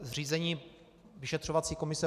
Zřízení vyšetřovací komise